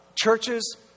churches